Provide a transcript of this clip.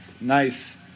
nice